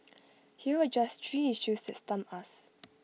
here are just three issues that stump us